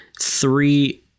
Three